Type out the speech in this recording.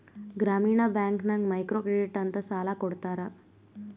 ಗ್ರಾಮೀಣ ಬ್ಯಾಂಕ್ ನಾಗ್ micro credit ಅಂತ್ ಸಾಲ ಕೊಡ್ತಾರ